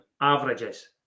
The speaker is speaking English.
averages